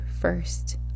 first